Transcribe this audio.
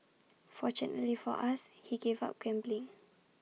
fortunately for us he gave up gambling